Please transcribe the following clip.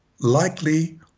likely